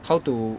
how to